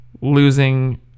losing